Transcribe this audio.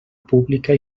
pública